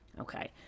Okay